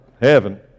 heaven